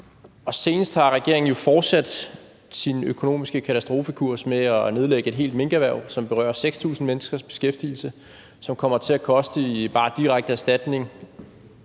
Senest har regeringen jo fortsat sin økonomiske katastrofekurs med at nedlægge et helt minkerhverv, som berører 6.000 menneskers beskæftigelse, og som kommer til at koste bare i direkte erstatninger